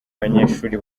abanyeshuri